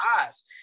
eyes